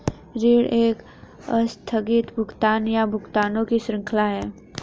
ऋण एक आस्थगित भुगतान, या भुगतानों की श्रृंखला है